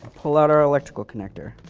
pull out our electrical connector